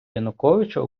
януковича